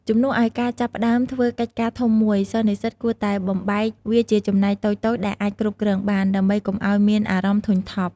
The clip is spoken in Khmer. ជំនួសឱ្យការចាប់ផ្តើមធ្វើកិច្ចការធំមួយ សិស្សនិស្សិតគួរតែបំបែកវាជាចំណែកតូចៗដែលអាចគ្រប់គ្រងបាន ដើម្បីកុំឱ្យមានអារម្មណ៍ធុញថប់។